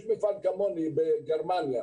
יש מפעל כמוני בגרמניה